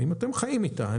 ואתם חיים איתה.